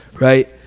Right